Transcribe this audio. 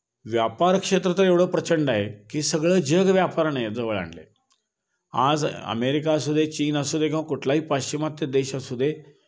व्यापार क्षेत्र तर एवढं प्रचंड आहे की सगळं जग व्यापारानं जवळ आणलं आहे आज अमेरिका असू दे चीन असू दे किंवा कुठलाही पाश्चिमात्य देश असू दे